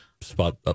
spot